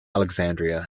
alexandria